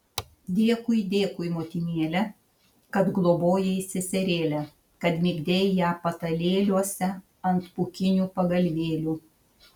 dėkui dėkui motinėle kad globojai seserėlę kad migdei ją patalėliuose ant pūkinių pagalvėlių